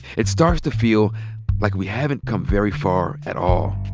it starts to feel like we haven't come very far at all.